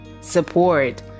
support